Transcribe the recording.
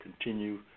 Continue